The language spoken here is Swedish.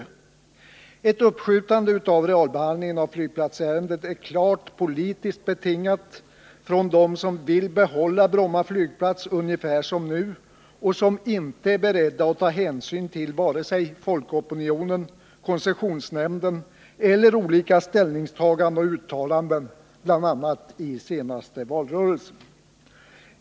Önskemålet om att skjuta upp realbehandlingen av flygplatsärendet är klart politiskt betingat hos dem som vill behålla Bromma flygplats ungefär som nu och som inte är beredda att ta hänsyn till vare sig folkopinionen, koncessionsnämnden eller olika ställningstaganden och uttalanden, bl.a. i senaste valrörelsen.